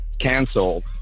canceled